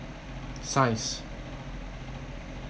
science